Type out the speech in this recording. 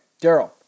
Daryl